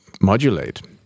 modulate